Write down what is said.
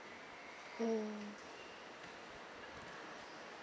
mm